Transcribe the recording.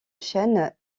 chaînes